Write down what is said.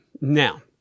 Now